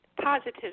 positive